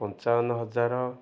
ପଞ୍ଚାବନ ହଜାର